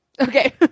Okay